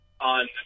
on –